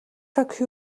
хатагтай